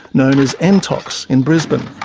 known as entox, in brisbane.